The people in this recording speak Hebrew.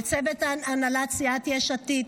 לצוות הנהלת סיעת יש עתיד,